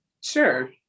Sure